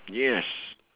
yes